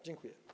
Dziękuję.